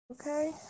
okay